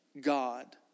God